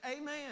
Amen